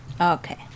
Okay